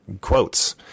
quotes